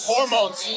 Hormones